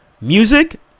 Music